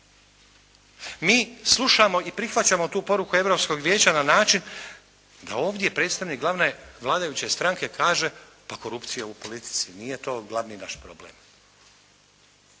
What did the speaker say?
Mi slušamo i prihvaćamo tu poruku Europskog vijeća na način da ovdje predstavnik glavne vladajuće stranke kaže pa korupcija u politici nije to glavni naš problem.